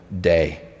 day